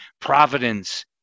providence